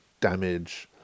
damage